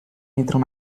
entram